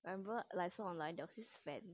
I remember like this online there this fan